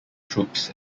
troops